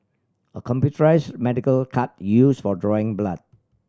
a computerised medical cart used for drawing blood